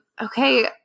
okay